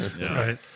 Right